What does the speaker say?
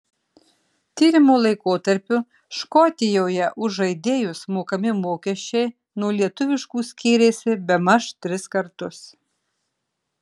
tyrimo laikotarpiu škotijoje už žaidėjus mokami mokesčiai nuo lietuviškų skyrėsi bemaž tris kartus